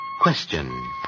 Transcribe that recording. Question